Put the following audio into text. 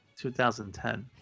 2010